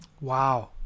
Wow